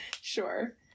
sure